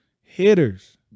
hitters